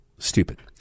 Stupid